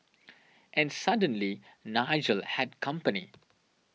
and suddenly Nigel had company